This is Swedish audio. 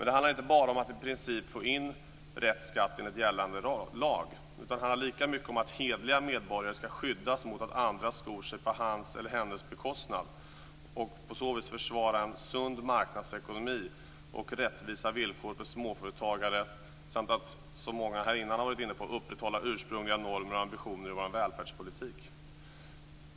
Det handlar inte bara om att i princip få in rätt skatt enligt gällande lag, utan det handlar lika mycket om att hederliga medborgare ska skyddas mot att andra skor sig på hans eller hennes bekostnad och på det viset försvara en sund marknadsekonomi och rättvisa villkor för småföretagare samt att, som många har har varit inne på, upprätthålla ursprungliga normer och ambitioner i vår välfärdspolitik.